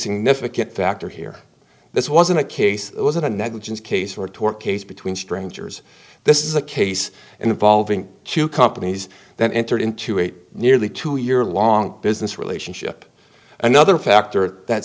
significant factor here this wasn't a case it wasn't a negligence case or tort case between strangers this is a case involving two companies that entered into a nearly two year long business relationship another factor that's